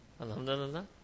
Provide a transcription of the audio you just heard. Alhamdulillah